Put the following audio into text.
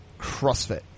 CrossFit